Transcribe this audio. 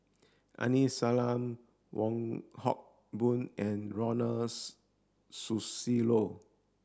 Aini Salim Wong Hock Boon and Ronald Susilo